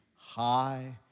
high